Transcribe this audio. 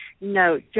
No